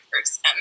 person